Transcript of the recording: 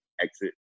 exit